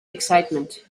excitement